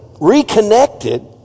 reconnected